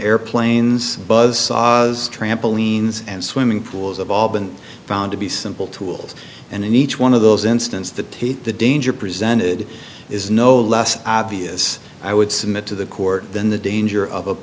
airplanes buzz saws trampolines and swimming pools have all been found to be simple tools and in each one of those instance the teeth the danger presented is no less obvious i would submit to the court than the danger of a